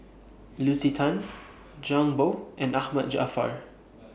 Lucy Tan Zhang Bohe and Ahmad Jaafar